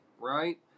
right